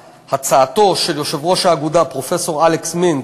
הצעתו של יושב-ראש האגודה, פרופסור אלכס מינץ,